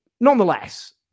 nonetheless